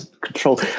control